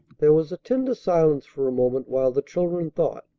there was a tender silence for a moment while the children thought.